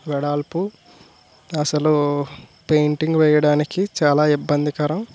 వెడల్పు అసలు పెయింటింగ్ వేయడానికి చాలా ఇబ్బందికరం